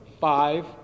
five